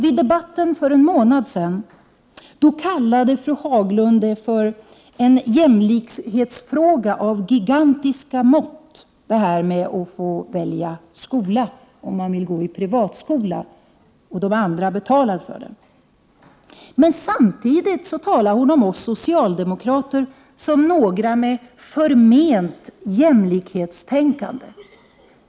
Vid debatten för en månad sedan kallade fru Haglund det för en jämlikhetsfråga av gigantiska mått, detta att få välja skola — om man vill gå i privatskola, och de andra betalar för det. Men samtidigt talade hon om oss socialdemokrater som några företrädare för ett förment jämlikhetstänkande.